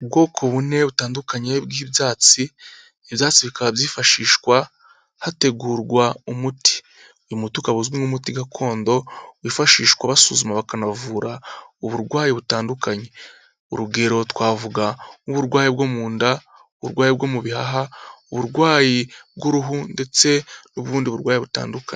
Ubwoko bune butandukanye bw'ibyatsi, ibyatsi bikaba byifashishwa hategurwa umuti, uyu muti ukaba uzwi nk'umuti gakondo wifashishwa basuzuma bakanavura uburwayi butandukanye, urugero twavuga nk'uburwayi bwo mu nda, uburwayi bwo mu bihaha, uburwayi bw'uruhu, ndetse n'ubundi burwayi butandukanye.